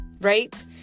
right